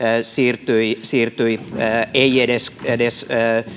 siirtyi siirtyi ei edes edes